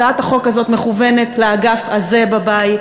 הצעת החוק הזאת מכוונת לאגף הזה בבית,